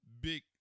big